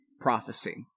prophecy